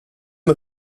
med